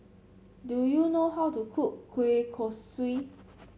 do you know how to cook Kueh Kosui